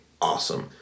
awesome